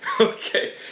Okay